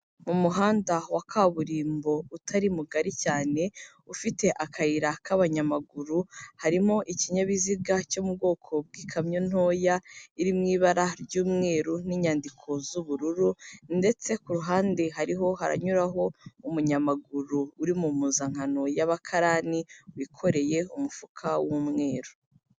Umuhanda wa kaburimbo utari mugari cyane, ufite akayira k'abanyamaguru, harimo ikinyabiziga cyo mu bwoko bw'ikamyo ntoya iri mu ibara ry'umweru, n'inyandiko z'ubururu ndetse ku ruhande hariho haranyuraho umunyamaguru uri mu mpuzankano y'abakarani, wikoreye umufuka w'umweru.